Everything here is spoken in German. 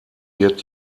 wird